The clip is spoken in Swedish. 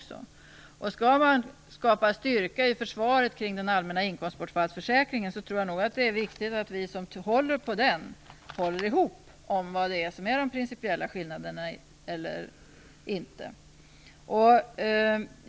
Skall man skapa styrka i försvaret kring den allmänna inkomstbortfallsförsäkringen är det viktigt att vi som håller på den håller ihop vad gäller de principiella skillnaderna.